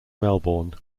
melbourne